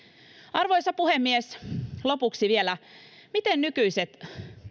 arvoisa puhemies lopuksi vielä miten nykyiset